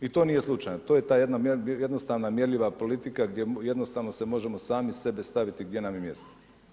I to nije slučajno, to je ta jednostavna mjerljiva politika gdje jednostavno se možemo sami sebe staviti gdje nam je mjesto.